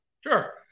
Sure